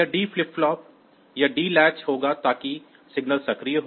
तो यह D flip flop यह डी लैच होगा ताकि सिग्नल सक्रिय हो